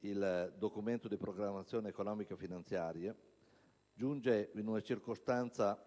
il Documento di programmazione economico-finanziaria, giunge in una circostanza